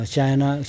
China